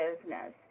business